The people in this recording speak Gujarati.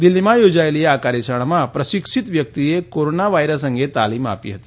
દિલ્હીમાં યોજાયેલી આ કાર્યશાળામાં પ્રશિક્ષિત વ્યક્તિએ કોરોના વાયરસ અંગે તાલીમ આપી હતી